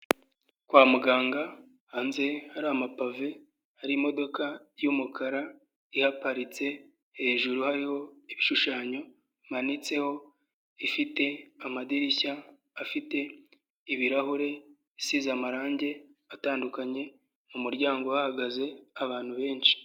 Kwa muganga hanze hari amapave, har imodoka y'umukara ihaparitse, hejuru hariho ibishushanyo, bimanitseho, ifite amadirishya afite ibirahure, isize amarangi atandukanye, mu muryango hahagaze abantu benshi.